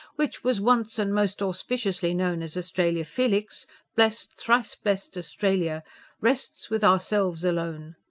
which was once and most auspiciously known as australia felix blest, thrice-blest australia rests with ourselves alone.